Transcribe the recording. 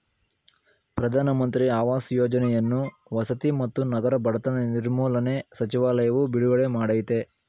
ಪ್ರಧಾನ ಮಂತ್ರಿ ಆವಾಸ್ ಯೋಜನೆಯನ್ನು ವಸತಿ ಮತ್ತು ನಗರ ಬಡತನ ನಿರ್ಮೂಲನೆ ಸಚಿವಾಲಯವು ಬಿಡುಗಡೆ ಮಾಡಯ್ತೆ